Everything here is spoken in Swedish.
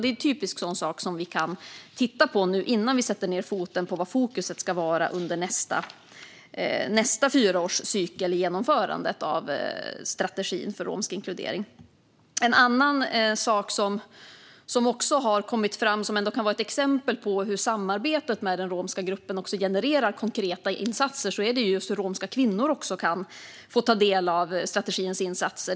Det är en typisk sådan sak som vi kan titta på innan vi sätter ned foten i fråga om vad fokuset ska vara under nästa fyraårscykel i genomförandet av strategin för romsk inkludering. En annan sak som har kommit fram, som ändå kan vara ett exempel på hur samarbetet med den romska gruppen genererar konkreta insatser, handlar om hur romska kvinnor kan få ta del av strategins insatser.